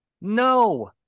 No